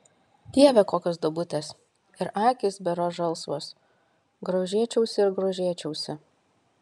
dieve kokios duobutės ir akys berods žalsvos grožėčiausi ir grožėčiausi